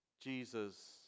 Jesus